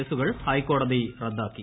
കേസുകൾ ഹൈക്കോടതി റദ്ടാക്കി